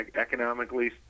economically